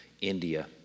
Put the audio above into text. India